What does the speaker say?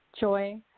Joy